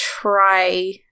try